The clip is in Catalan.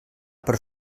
per